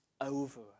over